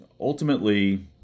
ultimately